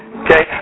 okay